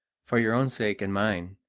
for your own sake and mine,